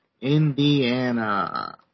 Indiana